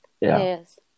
Yes